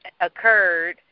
occurred